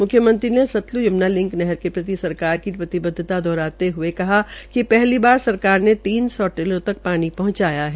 मुख्यमंत्री ने सतलुज यमना लिक नहर के प्रति सरकार की प्रतिबद्वता दोहाराते हुये कहा कि पहली बार सरकार ने तीन सौ टेलो तक पानी पहुंचाया है